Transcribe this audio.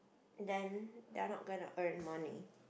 then they are not gonna earn money